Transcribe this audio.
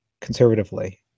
conservatively